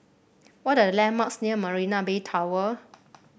what are the landmarks near Marina Bay Tower